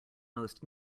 most